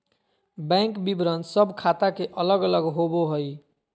bank विवरण सब ख़ाता के अलग अलग होबो हइ